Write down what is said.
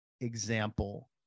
example